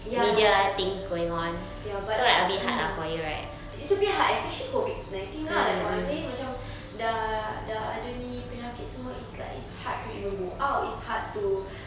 ya ya but like mm it's a bit hard especially COVID nineteen lah like what I'm saying macam dah dah ada ni penyakit semua it's like it's hard to even go out it's hard to